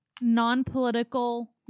non-political